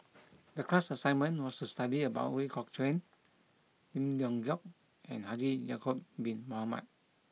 the class assignment was to study about Ooi Kok Chuen Lim Leong Geok and Haji Ya'Acob bin Mohamed